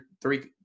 three